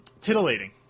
titillating